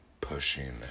pushing